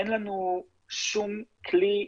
אין לנו שום כלי,